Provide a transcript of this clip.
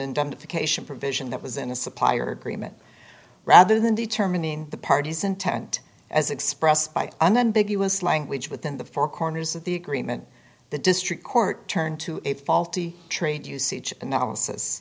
indemnification provision that was in a supplier agreement rather than determining the parties intent as expressed by and then big us language within the four corners of the agreement the district court turned to a faulty trade usage analysis